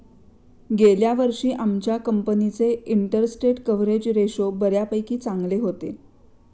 गेल्या वर्षी आमच्या कंपनीचे इंटरस्टेट कव्हरेज रेशो बऱ्यापैकी चांगले होते